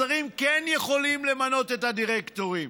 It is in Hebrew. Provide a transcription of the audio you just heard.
השרים כן יכולים למנות את הדירקטורים,